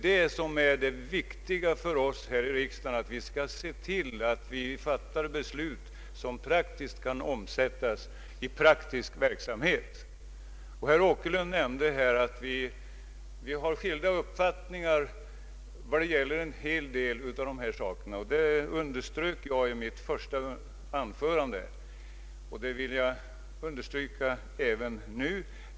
Det är viktigt för oss här i riksdagen att se till att vi fattar beslut som kan omsättas i praktisk verksamhet. Herr Åkerlund nämnde att vi har skilda uppfattningar i en hel del av de frågor det här gäller, något som jag underströk i mitt första anförande och som jag även nu vill understryka.